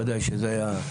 וודאי שזה היה,